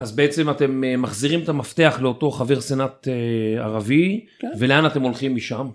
אז בעצם אתם מחזירים את המפתח לאותו חבר סנאט ערבי ולאן אתם הולכים משם.